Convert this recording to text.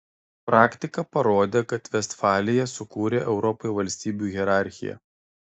praktika parodė kad vestfalija sukūrė europai valstybių hierarchiją